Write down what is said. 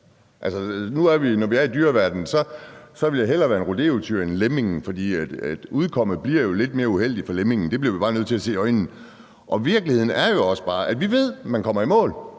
Når vi er i dyreverdenen, vil jeg hellere være en rodeotyr end lemmingen, for udkommet bliver jo lidt mere uheldigt for lemmingen. Det bliver vi bare nødt til at se i øjnene. Virkeligheden er jo også, at vi ved, at vi kommer i mål.